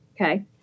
Okay